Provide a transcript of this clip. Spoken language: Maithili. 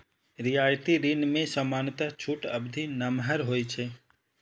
रियायती ऋण मे सामान्यतः छूट अवधि नमहर होइ छै